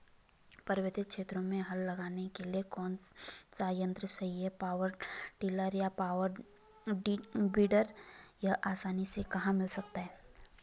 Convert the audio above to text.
पर्वतीय क्षेत्रों में हल लगाने के लिए कौन सा यन्त्र सही है पावर टिलर या पावर वीडर यह आसानी से कहाँ मिल सकता है?